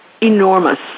enormous